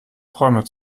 träume